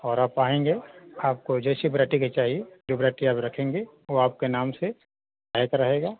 और आप आएँगे आपको जैसी वराइटी के चाहिए जो वेराइटी आप रखेंगे वो आपके नाम से पैक रहेगा